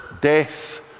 death